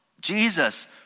Jesus